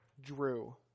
Drew